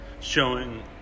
showing